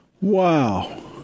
Wow